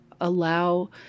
allow –